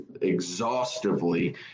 exhaustively